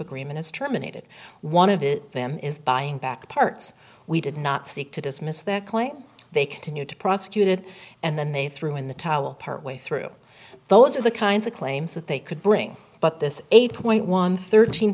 agreement is terminated one of them is buying back parts we did not seek to dismiss that claim they continued to prosecuted and then they threw in the towel partway through those are the kinds of claims that they could bring but this eight